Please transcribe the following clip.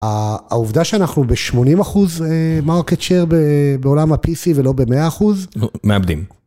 העובדה שאנחנו ב-80 אחוז מרקט שייר בעולם ה-PC ולא ב-100 אחוז. מעבדים.